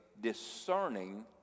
discerning